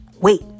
Wait